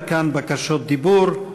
עד כאן בקשות דיבור.